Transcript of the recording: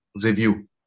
review